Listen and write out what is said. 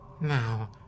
Now